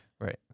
Right